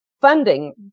funding